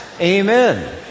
Amen